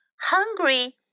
Hungry